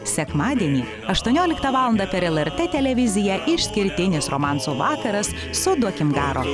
sekmadienį aštuonioliktą valandą per lrt televiziją išskirtinis romansų vakaras su duokim garo